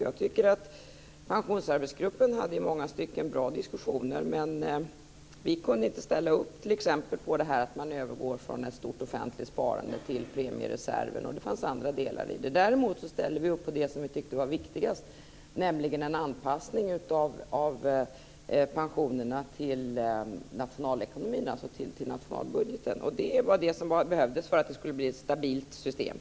Jag tycker att Pensionsarbetsgruppen i många stycken hade bra diskussioner, men vi kunde t.ex. inte ställa oss bakom att man övergår från ett stort offentligt sparande till premiereserv. Det fanns också andra sådana frågor. Däremot ställde vi oss bakom det som vi tyckte var viktigast, nämligen en anpassning av pensionerna till nationalekonomin, alltså till nationalbudgeten, och det var vad som behövdes för att det skulle bli ett stabilt system.